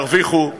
ירוויחו,